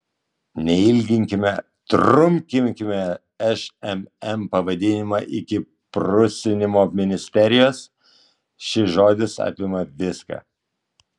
neilginkime trumpinkime šmm pavadinimą iki prusinimo ministerijos šis žodis apima viską